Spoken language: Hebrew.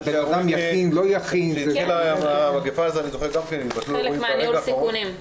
זה חלק מניהול הסיכונים.